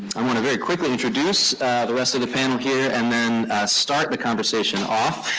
i want to very quickly introduce the rest of the panel here and then start the conversation off.